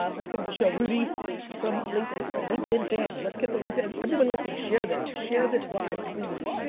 ah let's get him to show rudy from linkedin. look at the linkedin fan. let's get the linkedin, everybody linkedin share this, share this live please.